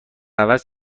عوض